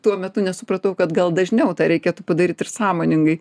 tuo metu nesupratau kad gal dažniau tą reikėtų padaryt ir sąmoningai